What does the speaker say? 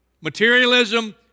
materialism